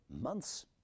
months